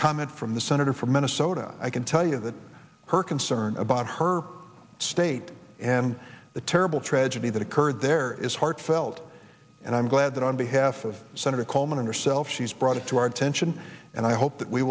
comment from the senator from minnesota i can tell you that her concern about her state and the terrible tragedy that occurred there is heart felt and i'm glad that on behalf of senator coleman and herself she's brought it to our attention and i hope that we